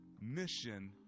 mission